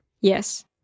Yes